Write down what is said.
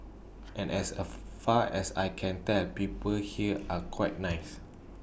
and as A far as I can tell people here are quite nice